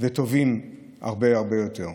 וטובים הרבה הרבה יותר.